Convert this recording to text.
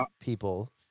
people